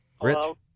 Hello